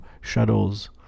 shadows